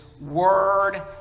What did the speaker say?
word